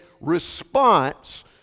response